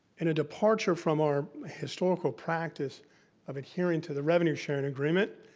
in a departure from our historical practice of adhering to the revenue sharing agreement,